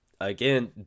again